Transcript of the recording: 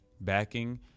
backing